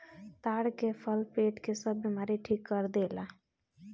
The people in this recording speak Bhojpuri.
ताड़ के फल पेट के सब बेमारी ठीक कर देला